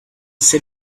said